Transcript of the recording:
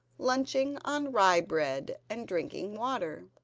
lunching on rye bread and drinking water.